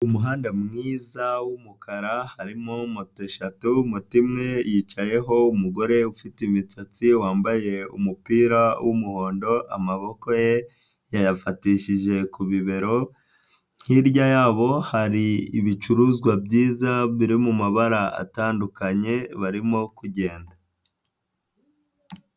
Umuhanda mwiza w'umukara harimo moto eshatu, moto imwe yicayeho umugore ufite imitsatsi, wambaye umupira w'umuhondo amaboko ye yayafatishije ku bibero, hirya yabo hari ibicuruzwa byiza biri mu mabara atandukanye, barimo kugenda.